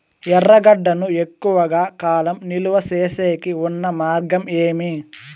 ఎర్రగడ్డ ను ఎక్కువగా కాలం నిలువ సేసేకి ఉన్న మార్గం ఏమి?